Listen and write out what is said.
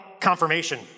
confirmation